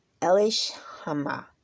Elishama